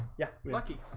yeah, lucky.